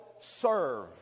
serve